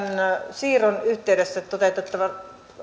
siirron yhteydessä toteutettava